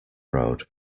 road